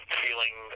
feeling